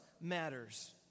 matters